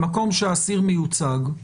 במקום שהאסיר מיוצג,